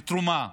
לתרומה,